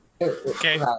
Okay